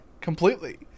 completely